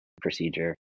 procedure